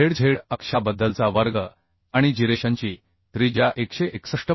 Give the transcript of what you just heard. zz अक्षाबद्दलचा वर्ग आणि जिरेशनची त्रिज्या 161